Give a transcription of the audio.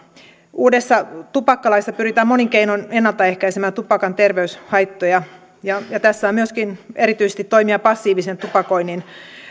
uudessa tupakkalaissa pyritään monin keinoin ennalta ehkäisemään tupakan terveyshaittoja ja tässä on myöskin erityisesti toimia passiivisen tupakoinnin